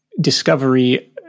discovery